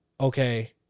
okay